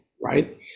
right